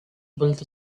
built